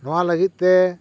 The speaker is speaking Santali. ᱱᱚᱣᱟ ᱞᱟᱹᱜᱤᱫ ᱛᱮ